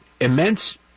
immense